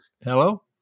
hello